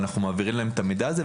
ואנחנו מעבירים להם את המידע הזה,